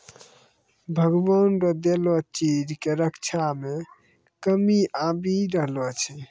भगवान रो देलो चीज के रक्षा मे कमी आबी रहलो छै